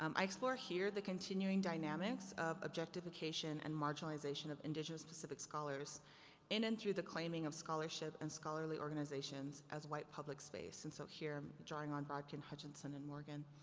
um i explore here the continuing dynamics of objectification and marginalization of indigenous pacific scholars in and through the claiming of scholarship and scholarly organizations as white public space. and so here, i'm drawing on broadkin, hutchinson and morgan.